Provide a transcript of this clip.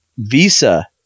Visa